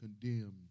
condemned